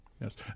Yes